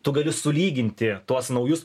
tu gali sulyginti tuos naujus